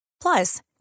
Plus